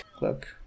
look